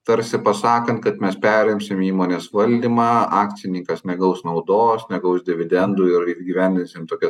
tarsi pasakant kad mes perimsim įmonės valdymą akcininkas negaus naudos negaus dividendų ir įgyvendinsim tokias